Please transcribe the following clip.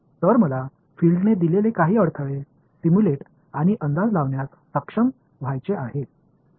तर मला फिल्डने दिलेले काही अडथळे सिम्युलेट आणि अंदाज लावण्यास सक्षम व्हायचे आहे